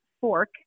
fork